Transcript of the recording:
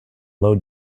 low